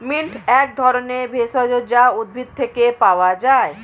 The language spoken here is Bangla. মিন্ট এক ধরনের ভেষজ যা উদ্ভিদ থেকে পাওয় যায়